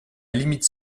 limite